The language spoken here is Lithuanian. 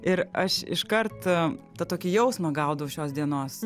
ir aš iškart tą tokį jausmą gaudau šios dienos